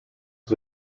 was